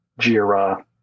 JIRA